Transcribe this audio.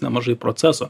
nemažai proceso